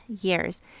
years